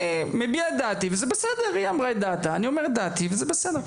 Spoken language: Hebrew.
אני מביע את דעתי, היא הביעה את דעתה, וזה בסדר.